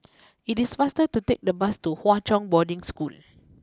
it is faster to take the bus to Hwa Chong Boarding School